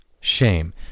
Shame